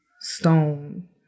stone